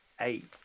eight